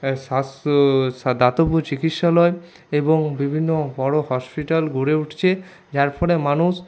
স্বাস্থ্য দাতব্য চিকিৎসালয় এবং বিভিন্ন বড় হসপিটাল গড়ে উঠছে যার ফলে মানুষ